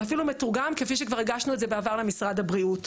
ואפילו מתורגם כפי שכבר הגשנו את זה בעבר למשרד הבריאות.